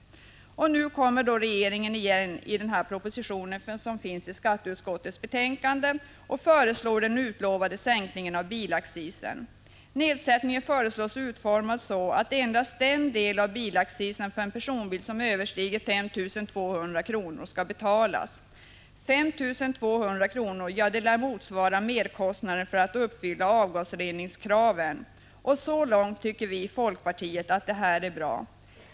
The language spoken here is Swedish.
Nu kommer regeringen igen i proposition 1985/86:145 och föreslår den utlovade sänkningen av bilaccisen. Nedsättningen förslås utformad så att endast den del av bilaccisen för en personbil som överstiger 5 200 kr. skall betalas. 5 200 kr. lär motsvara merkostnaden för att uppfylla avgasreningskraven. Så långt tycker vi i folkpartiet att detta är bra.